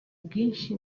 bwinshi